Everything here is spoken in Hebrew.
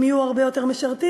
אם יהיו הרבה יותר משרתים,